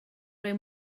roi